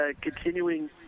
continuing